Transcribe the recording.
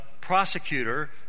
prosecutor